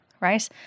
right